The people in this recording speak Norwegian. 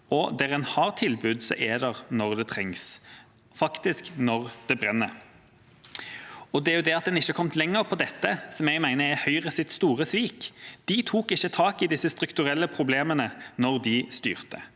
og der en har tilbud som er der når det trengs, faktisk når det brenner. Det er det at en ikke er kommet lenger på dette som jeg mener er Høyres store svik. De tok ikke tak i disse strukturelle problemene da de styrte.